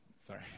Sorry